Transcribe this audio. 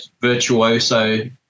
virtuoso